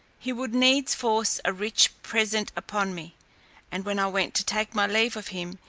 he would needs force a rich present upon me and when i went to take my leave of him,